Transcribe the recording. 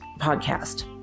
podcast